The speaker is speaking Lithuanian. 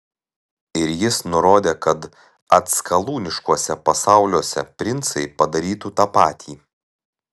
ir jis nurodė kad atskalūniškuose pasauliuose princai padarytų tą patį